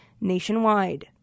nationwide